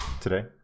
today